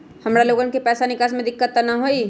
हमार लोगन के पैसा निकास में दिक्कत त न होई?